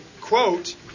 quote